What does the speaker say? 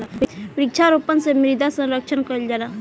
वृक्षारोपण से मृदा संरक्षण कईल जा सकेला